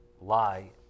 lie